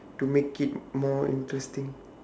to make it more interesting